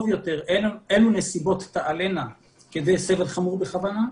יותר אילו נסיבות תעלינה כדי סבל חמור בכוונה,